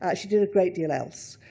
ah she did a great deal else.